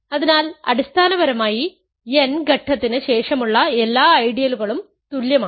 അതിനാൽ അടിസ്ഥാനപരമായി n ഘട്ടത്തിന് ശേഷമുള്ള എല്ലാ ഐഡിയലുകളും തുല്യമാണ്